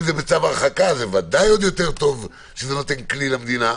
אם זה בצו הרחקה זה ודאי עוד יותר טוב שזה נותן כלי למדינה,